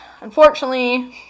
unfortunately